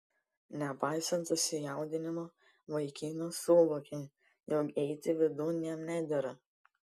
nepaisant susijaudinimo vaikinas suvokė jog eiti vidun jam nedera